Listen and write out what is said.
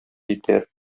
итәр